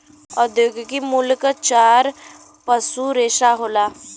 औद्योगिक मूल्य क चार पसू रेसा होला